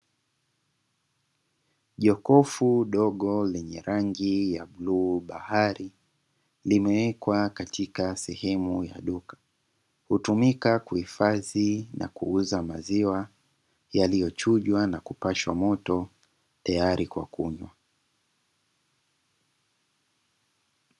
Jokofu dogo lenye rangi ya bluu bahari, limewekwa katika sehemu ya duka. Hutumika kuhifadhi na kuuza maziwa; yaliyochujwa na kupashwa moto tayari kwa kunywa.